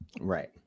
Right